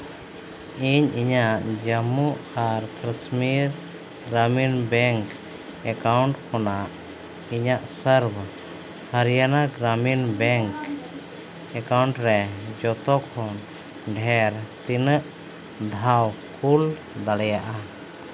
ᱤᱧ ᱤᱧᱟᱹᱜ ᱡᱚᱢᱢᱩ ᱟᱨ ᱠᱟᱹᱥᱢᱤᱨ ᱜᱨᱟᱢᱤᱱ ᱵᱮᱝᱠ ᱮᱠᱟᱣᱩᱱᱴ ᱠᱷᱚᱱᱟᱜ ᱤᱧᱟᱹᱜ ᱥᱚᱨᱵᱚ ᱦᱟᱹᱨᱤᱭᱟᱱᱟ ᱜᱨᱟᱢᱤᱱ ᱵᱮᱝᱠ ᱮᱠᱟᱣᱩᱱᱴ ᱨᱮ ᱡᱚᱛᱚ ᱠᱷᱚᱱ ᱰᱷᱮᱨ ᱛᱤᱱᱟᱹᱜ ᱫᱷᱟᱣ ᱠᱳᱞ ᱫᱟᱲᱮᱭᱟᱜᱼᱟ